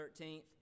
13th